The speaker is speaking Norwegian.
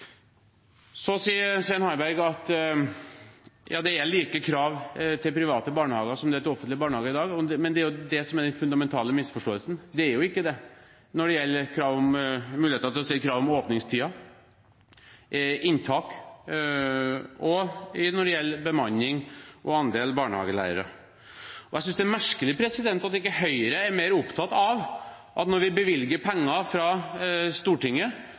Harberg sier at det i dag er like krav til private barnehager som det er til offentlige barnehager, men det er det som er den fundamentale misforståelsen. Det er jo ikke det når det gjelder muligheten til å stille krav om åpningstider og inntak, og når det gjelder bemanning og andel barnehagelærere. Jeg synes det er merkelig at ikke Høyre er mer opptatt av at når vi bevilger penger fra Stortinget,